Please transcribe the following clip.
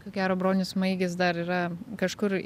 ko gero bronius maigis dar yra kažkur